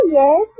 yes